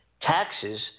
taxes